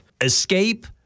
escape